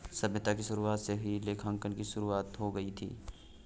सभ्यता की शुरुआत से ही लेखांकन की शुरुआत हो गई थी